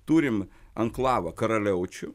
turim anklavą karaliaučių